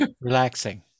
relaxing